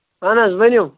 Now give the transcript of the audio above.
اَہن حظ ؤنِو